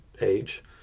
age